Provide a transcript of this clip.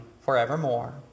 forevermore